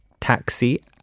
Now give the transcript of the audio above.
taxi